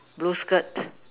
blue skirt